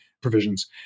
provisions